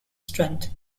strength